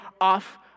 off